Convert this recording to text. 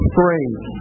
phrase